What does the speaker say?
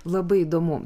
labai įdomu